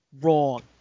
wrong